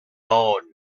own